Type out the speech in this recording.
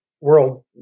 world